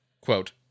quote